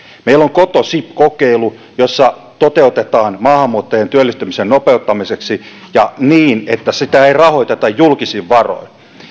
meillä on koto sib kokeilu jota toteutetaan maahanmuuttajien työllistymisen nopeuttamiseksi ja niin että sitä ei rahoiteta julkisin varoin